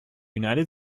united